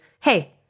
hey